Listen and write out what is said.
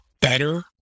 better